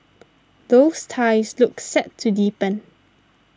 those ties look set to deepen